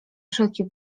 wszelki